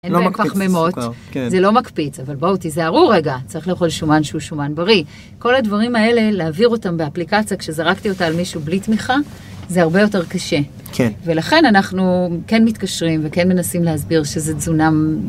אין בהם פחמימות, זה לא מקפיץ, אבל בואו תזהרו רגע, צריך לאכול שומן שהוא שומן בריא. כל הדברים האלה, להעביר אותם באפליקציה כשזרקתי אותה על מישהו בלי תמיכה, זה הרבה יותר קשה. כן. ולכן אנחנו כן מתקשרים וכן מנסים להסביר שזה תזונה